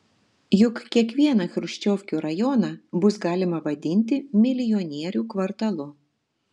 juk kiekvieną chruščiovkių rajoną bus galima vadinti milijonierių kvartalu